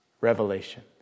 revelation